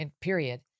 period